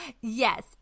yes